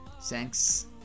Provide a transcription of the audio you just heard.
thanks